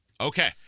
Okay